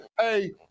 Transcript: hey